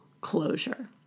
closure